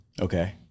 Okay